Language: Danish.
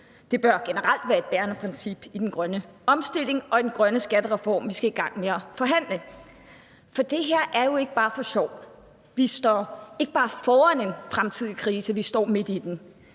Det bør generelt være et bærende princip i den grønne omstilling og i den grønne skattereform, vi skal i gang med at forhandle. For det her er jo ikke bare for sjov. Vi står ikke bare foran en fremtidig krise, vi står midt i den.